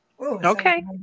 Okay